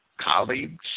colleagues